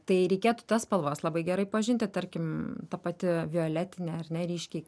tai reikėtų tas spalvas labai gerai pažinti tarkim pati violetinė ar ne ryškiai